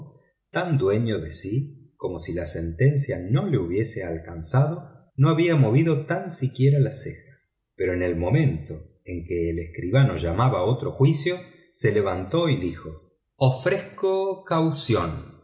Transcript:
tan dueño de sí como si la sentencia no le hubiese alcanzado no había movido tan siquiera las cejas pero en el momento en que el escribano llamaba a otro juicio se levantó y dijo ofrezco caución